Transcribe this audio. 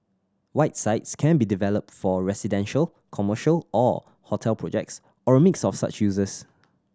white sites can be developed for residential commercial or hotel projects or a mix of such uses